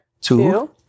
two